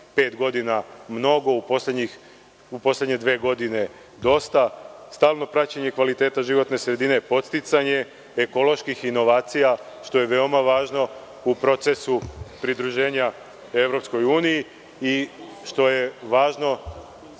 25 godina mnogo. U poslednje dve godine dosta. Stalno praćenje kvaliteta životne sredine, podsticanje ekoloških inovacija, što je veoma važno u procesu pridruženja EU i što je važno,